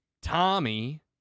Tommy